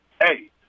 hey